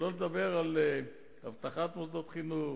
שלא לדבר על אבטחת מוסדות חינוך,